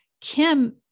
Kim